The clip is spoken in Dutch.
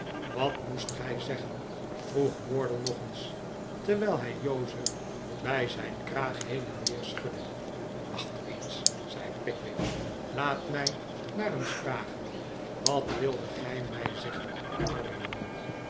wat moest gij zeggen vroeg wardle nog eens terwijl hij jozef bij zijn kraag heen en weer schudde wacht eens zei pickwick laat mij maar eens vragen wat wildet gij mij zeggen arme jongen